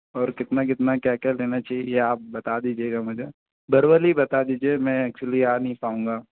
और कितना कितना क्या क्या लेना चाहिए ये आप बता दीजिएगा मुझे बरोली हइ बता दीजिए मैं एक्चुअली आ नहीं पाऊँगा